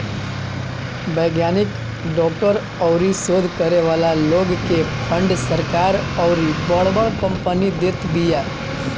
वैज्ञानिक, डॉक्टर अउरी शोध करे वाला लोग के फंड सरकार अउरी बड़ बड़ कंपनी देत बिया